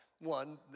One